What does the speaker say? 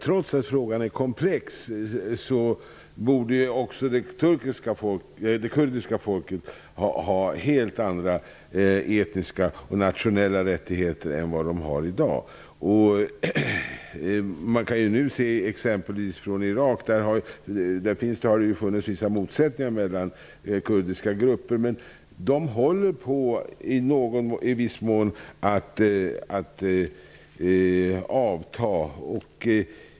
Trots att frågan är komplex borde man kunna se till också det kurdiska folket får helt andra etniska och nationella rättigheter än vad det har i dag. I Irak har det varit vissa motsättningar mellan kurdiska grupper, men de håller i viss mån på att avta.